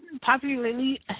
popularly